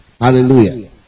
Hallelujah